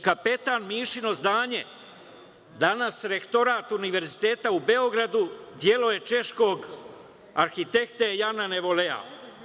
Kapetan Mišino zdanje, danas rektorat Univerziteta u Beogradu delo je češkog arhitekte Jana Nevoleja.